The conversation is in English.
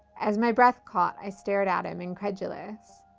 as my breath caught, i stared at him, incredulous.